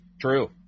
True